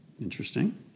Interesting